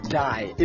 die